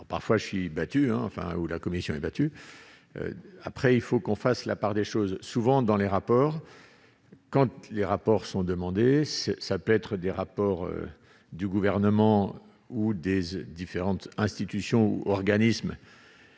parfois je suis battu, enfin, où la Commission est battu, après il faut qu'on fasse la part des choses souvent dans les rapports quand les rapports sont demandés si ça peut être des rapports du gouvernement ou des oeufs différentes institutions organismes